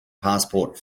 passport